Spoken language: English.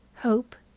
hope,